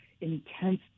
intense